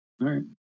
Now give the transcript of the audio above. right